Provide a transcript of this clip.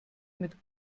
mit